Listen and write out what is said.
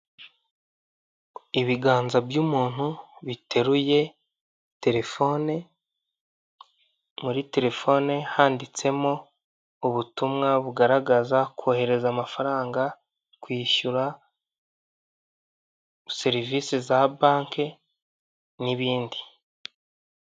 Ibiganza by' umuntu biteruye terefone muri terefone handitsemo ubutumwa bugaragaza kohereza amafaranga, kwishyura, serivise za banke n' ibindi.